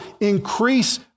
increase